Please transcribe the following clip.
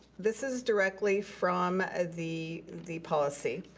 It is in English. this is directly from ah the the policy.